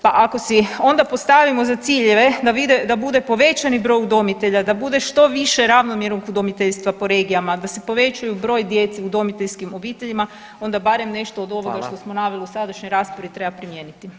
Pa ako si onda postavimo za ciljeve da bude povećani broj udomitelja, da bude što više ravnomjernog udomiteljstva po regijama, da se poveća broj djece u udomiteljskim obiteljima onda barem nešto od ovoga [[Upadica Radin: Hvala.]] što smo naveli u sadašnjoj raspravi treba primijeniti.